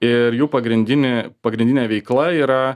ir jų pagrindinė pagrindinė veikla yra